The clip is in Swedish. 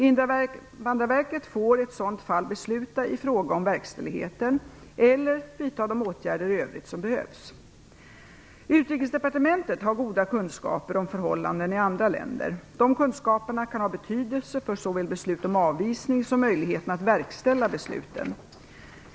Invandrarverket får i ett sådant fall besluta i fråga om verkställigheten eller vidta de åtgärder i övrigt som behövs. Utrikesdepartementet har goda kunskaper om förhållanden i andra länder. Dessa kunskaper kan ha betydelse för såväl beslut om avvisning som möjligheten att verkställa besluten.